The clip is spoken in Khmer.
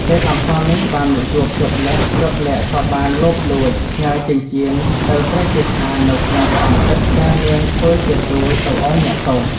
ទេពអប្សរនេះ បានមកជួបជប្បលក្សណ៍ ជប្បលក្សណ៍ក៏បានលបលួច ផ្ញើចិញ្ចៀនទៅព្រះជេដ្ឋានៅក្នុងក្អមទឹកដែលនាងធ្វើជាទូលទៅឱ្យអ្នកទោស។